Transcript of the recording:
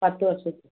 പത്ത് വർഷം